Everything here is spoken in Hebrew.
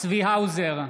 צבי האוזר,